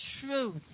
truth